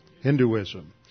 Hinduism